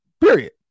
Period